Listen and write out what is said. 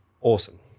awesome